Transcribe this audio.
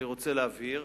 אני רוצה להבהיר,